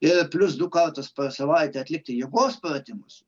ir plius du kartus per savaitę atlikti jėgos pratimus